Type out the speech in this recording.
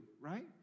right